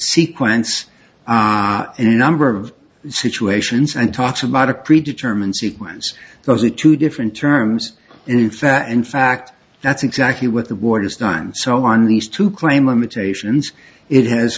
sequence in a number of situations and talks about a pre determined sequence those are two different terms in fact in fact that's exactly what the war has done so on these two claim limitations it has